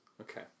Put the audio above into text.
Okay